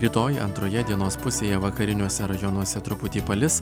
rytoj antroje dienos pusėje vakariniuose rajonuose truputį palis